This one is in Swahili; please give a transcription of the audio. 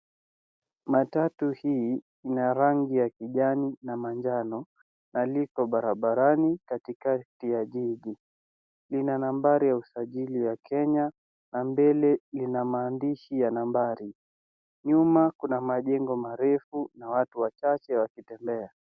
Matatu hii ina rangi ya kijani na manjano , na liko barabarani katikati ya jiji. Lina nambari ya usajili ya Kenya na mbele lina maandishi ya nambari. Nyuma kuna majengo marefu na watu wachache wakitembea.